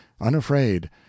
unafraid